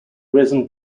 resin